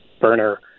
burner